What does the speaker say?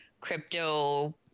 crypto